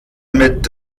mit